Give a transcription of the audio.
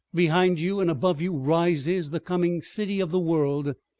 behind you and above you rises the coming city of the world,